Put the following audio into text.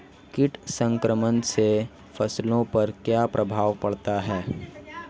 कीट संक्रमण से फसलों पर क्या प्रभाव पड़ता है?